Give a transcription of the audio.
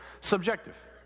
Subjective